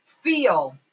feel